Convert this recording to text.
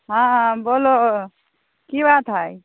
हँ हँ बोलो की बात है